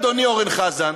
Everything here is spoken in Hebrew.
אדוני אורן חזן,